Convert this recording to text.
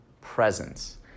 presence